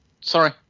Sorry